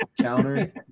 Counter